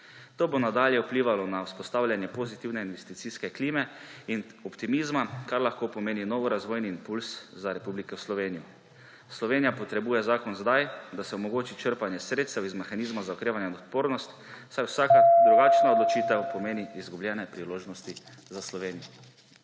To bo nadalje vplivalo na vzpostavljanje pozitivne investicijske klime in optimizma, kar lahko pomeni nov razvojni impulz za Republiko Slovenijo. Slovenija potrebuje zakon sedaj, da se omogoči črpanje sredstev iz mehanizma za okrevanje in odpornost, saj vsaka drugačna odločitev pomeni izgubljene priložnosti za Slovenijo.